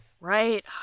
right